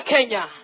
Kenya